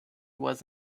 was